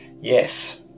Yes